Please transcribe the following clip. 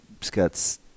Scott's